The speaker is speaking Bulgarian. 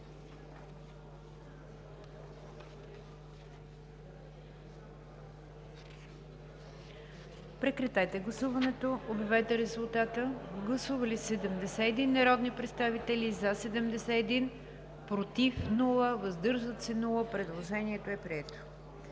Прекратете гласуването и обявете резултата. Гласували 70 народни представители: за 70, против и въздържали се няма. Предложението е прието.